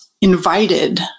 invited